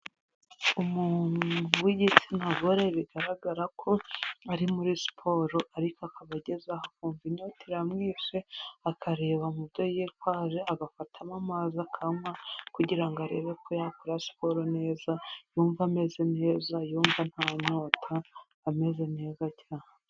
Umuntu w'igitsina gore bigaragara ko ari muri siporo ariko akaba ageze aho kumva inota iramwishe akareba mu byo yitwaje agafatamo amazi akanywa kugira ngo arebe ko yakora siporo neza, yumve ameze neza, yumve nta nyota ameze neza cyane.